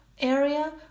area